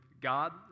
God